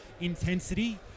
intensity